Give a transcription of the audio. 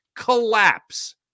collapse